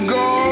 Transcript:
go